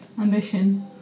ambition